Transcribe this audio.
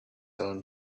own